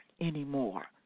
anymore